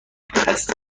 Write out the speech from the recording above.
خسته